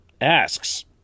asks